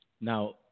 Now